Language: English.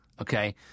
Okay